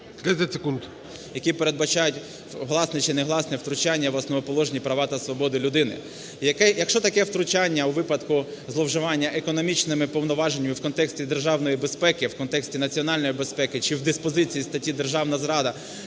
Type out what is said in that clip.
…які передбачають гласне чи негласне втручання в основоположні права та свободи людини. Якщо таке втручання у випадку зловживання економічними повноваженнями в контексті державної безпеки, в контексті національної безпеки чи в диспозиції статті "Державна зрада"